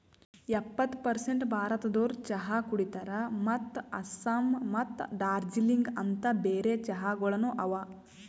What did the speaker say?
ಎಪ್ಪತ್ತು ಪರ್ಸೇಂಟ್ ಭಾರತದೋರು ಚಹಾ ಕುಡಿತಾರ್ ಮತ್ತ ಆಸ್ಸಾಂ ಮತ್ತ ದಾರ್ಜಿಲಿಂಗ ಅಂತ್ ಬೇರೆ ಚಹಾಗೊಳನು ಅವಾ